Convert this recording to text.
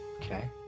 Okay